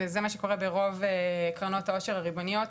וזה מה שקורה ברוב קרנות העושר הריבוניות,